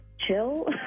chill